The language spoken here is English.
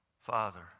Father